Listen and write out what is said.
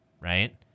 right